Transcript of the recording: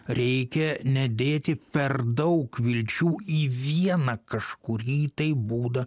reikia nedėti per daug vilčių į vieną kažkurį tai būdą